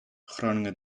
groningen